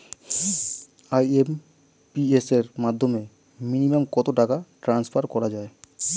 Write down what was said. IMPS এর মাধ্যমে minimum কত টাকা ট্রান্সফার করা যায়?